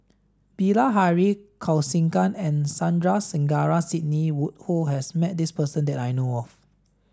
Bilahari Kausikan and Sandrasegaran Sidney Woodhull has met this person that I know of